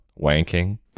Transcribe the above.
wanking